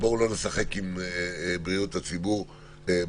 בואו לא נשחק עם בריאות הציבור בבחירות.